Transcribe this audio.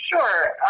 Sure